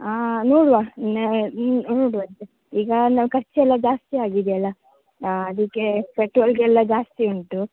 ಹಾಂ ನೋಡುವಾ ನೋಡುವಂತೆ ಈಗ ನಾವು ಖರ್ಚು ಎಲ್ಲ ಜಾಸ್ತಿ ಆಗಿದೆ ಅಲ್ಲ ಹಾಂ ಅದಕ್ಕೆ ಪೆಟ್ರೋಲ್ಗೆಲ್ಲ ಜಾಸ್ತಿ ಉಂಟು